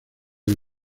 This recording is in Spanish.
del